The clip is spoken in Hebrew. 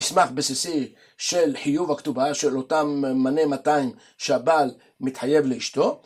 מסמך בסיסי של חיוב הכתובה של אותם מנה 200 שהבעל מתחייב לאשתו